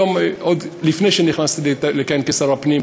עוד לפני שנכנסתי לכהן כשר הפנים,